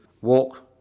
walk